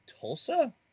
Tulsa